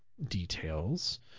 details